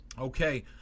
okay